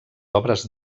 obres